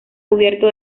cubierto